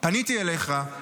--- פניתי אליך,